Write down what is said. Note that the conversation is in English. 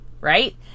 Right